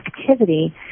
activity